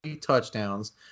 touchdowns